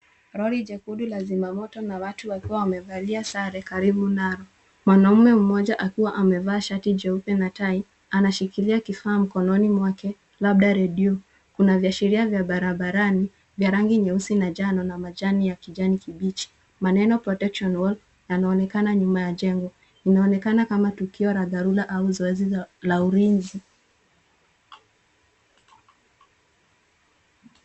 Lori jekundu la zima moto na watu wakiwa wamevalia sare karibu nao. Mwanaume mmoja akiwa amevaa shati jeupe na tai, anashikilia kifaa mkononi mwake labda redio. Kuna viashiria vya barabarani vya rangi nyeusi na njano na majani ya kijani kibichi. Maneno protection wall yanaonekana nyuma ya jengo. Inaonekana kama tukio la dharura au zoezi la ulinzi.